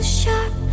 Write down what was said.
sharp